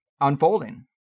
unfolding